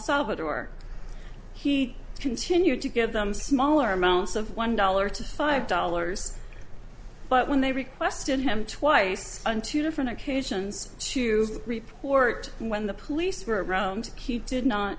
salvador he continued to give them smaller amounts of one dollar to five dollars but when they requested him twice on two different occasions to report when the police were around keep did not